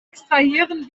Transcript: extrahieren